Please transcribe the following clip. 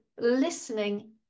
listening